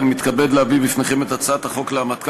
אני מתכבד להביא בפניכם את הצעת חוק להעמקת